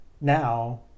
now